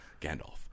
Gandalf